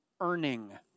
earning